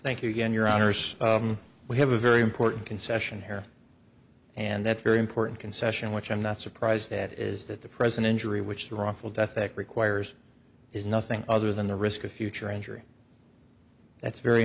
thank you again your honour's we have a very important concession here and that's very important concession which i'm not surprised at is that the president during which the wrongful death act requires is nothing other than the risk of future injury that's very